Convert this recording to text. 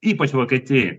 ypač vokietijoj